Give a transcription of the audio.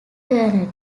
turret